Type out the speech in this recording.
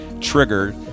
triggered